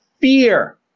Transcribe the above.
Fear